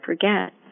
forget